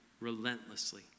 relentlessly